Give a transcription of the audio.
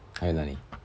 还有哪里